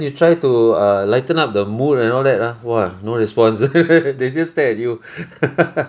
you try to uh lighten up the mood and all that ah !wah! no response they just stare at you